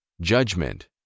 Judgment